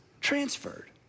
transferred